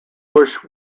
bush